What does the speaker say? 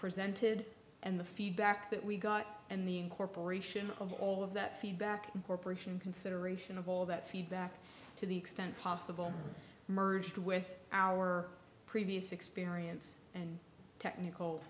presented and the feedback that we got and the incorporation of all of that feedback corp consideration of all of that feedback to the extent possible merged with our previous experience and technical